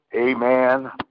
Amen